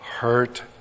hurt